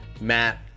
matt